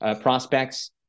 prospects